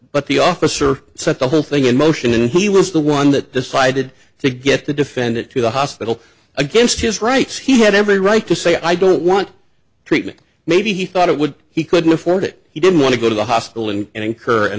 but the officer set the whole thing in motion he was the one that decided to get the defendant to the hospital against his rights he had every right to say i don't want treatment maybe he thought it would he couldn't afford it he didn't want to go to the hospital and incur an